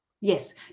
yes